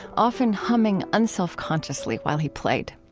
often humming unselfconsciously while he played.